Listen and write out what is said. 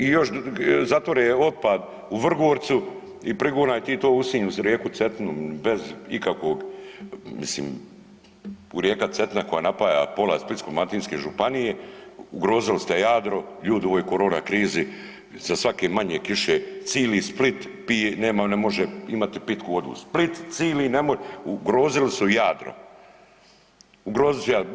I još zatvore otpad u Vrgorcu i prigonjaj ti to u Sinj uz rijeku Cetinu bez ikakvog mislim, u rijeka Cetina koja napaja pola Splitsko-dalmatinske županije, ugrozili ste Jadro, ljudi u ovoj korona krizi za svake manje kiše cili Split ne može imati pitku vodu, Split cili, ugrozili su Jadro, ugrozili su Jadro.